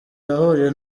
yahuriye